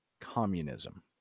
communism